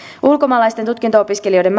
ulkomaalaisten tutkinto opiskelijoiden